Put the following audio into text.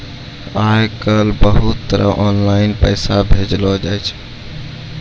आय काइल बहुते तरह आनलाईन पैसा भेजलो जाय छै